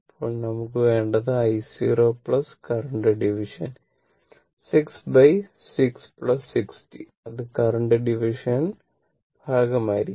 അപ്പോൾ നമുക്ക് വേണ്ടത് i0 കറന്റ് ഡിവിഷൻ 6 6 60 അത് കറന്റ് ഡിവിഷൻ ഭാഗമായിരിക്കും